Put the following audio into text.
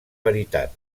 veritat